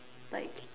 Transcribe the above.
like